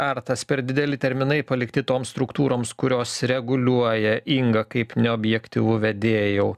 artas per didelį terminai palikti toms struktūroms kurios reguliuoja inga kaip neobjektyvu vedėjau